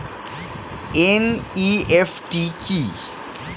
NEFT কি?